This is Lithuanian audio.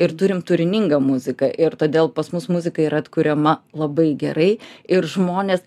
ir turim turiningą muziką ir todėl pas mus muzika yra atkuriama labai gerai ir žmonės